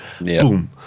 Boom